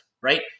right